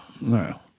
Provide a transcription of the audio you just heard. no